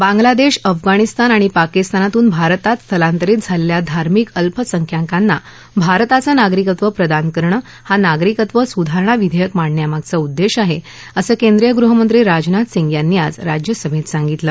बांगलादेश अफगाणिस्तान आणि पाकिस्तानातून भारतात स्थलांतरित झालेल्या धार्मिक अल्पसंख्यकांना भारताचं नागरिकत्व प्रदान करणं हा नागरिकत्व सुधारणा विधेयक मांडण्यामागचा उद्देश आहे असं केंद्रीय गृहमंत्री राजनाथ सिंग यांनी आज राज्यसभेत सांगितलं